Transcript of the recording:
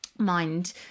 mind